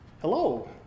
hello